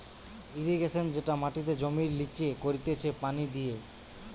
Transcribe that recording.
irrigation যেটা মাটিতে জমির লিচে করতিছে পানি দিয়ে